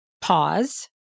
pause